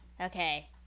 Okay